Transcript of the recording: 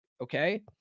Okay